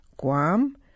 Guam